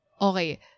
Okay